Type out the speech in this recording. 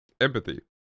empathy